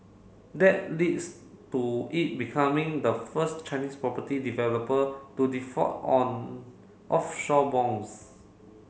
that leads to it becoming the first Chinese property developer to default on offshore bonds